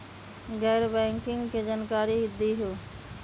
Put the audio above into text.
गैर बैंकिंग के जानकारी दिहूँ?